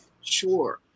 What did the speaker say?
Sure